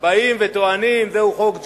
באים וטוענים שזהו חוק ג'ובים,